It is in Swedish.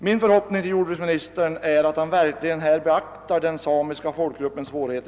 Min förhoppning är nu att jordbruksministern verkligen beaktar den samiska folkgruppens svårigheter.